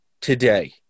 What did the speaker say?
today